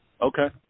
Okay